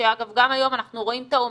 שאגב גם היום אנחנו רואים את העומסים,